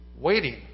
waiting